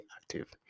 active